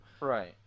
Right